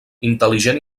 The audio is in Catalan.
intel·ligent